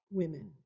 women